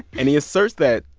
and he asserts that,